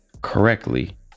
correctly